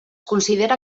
considera